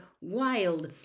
wild